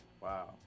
wow